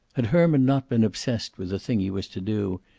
had herman not been obsessed with the thing he was to do,